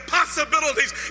possibilities